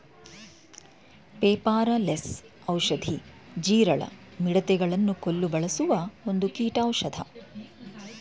ಪೆಪಾರ ಲೆಸ್ ಔಷಧಿ, ಜೀರಳ, ಮಿಡತೆ ಗಳನ್ನು ಕೊಲ್ಲು ಬಳಸುವ ಒಂದು ಕೀಟೌಷದ